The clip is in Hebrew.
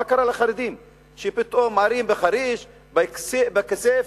מה קרה לחרדים שפתאום, בחריש ובכסיף?